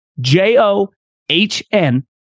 J-O-H-N